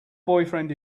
boyfriend